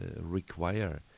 require